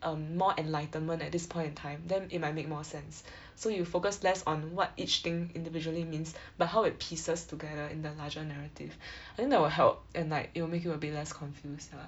um more enlightenment at this point in time then it might make more sense so you focus less on what each thing individually means like how it pieces together in the larger narrative I think that will help and like make you a bit less confused lah